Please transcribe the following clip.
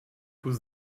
kus